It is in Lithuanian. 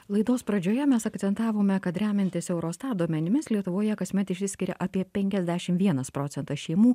laidos pradžioje mes akcentavome kad remiantis eurostat duomenimis lietuvoje kasmet išsiskiria apie penkiasdešim vienas procentas šeimų